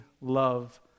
love